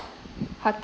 ha~